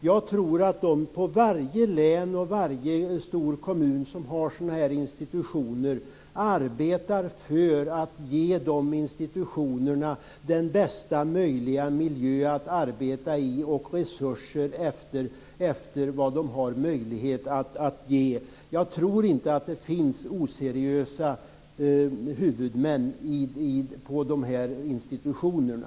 Jag tror att varje län och varje stor kommun som har sådana här institutioner arbetar för att ge dessa den bästa möjliga miljön att arbeta i och resurser efter vad de har möjlighet att ge. Jag tror inte att det finns några oseriösa huvudmän för de här institutionerna.